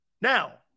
Now